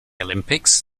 olympics